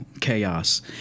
chaos